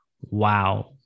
wow